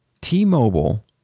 T-Mobile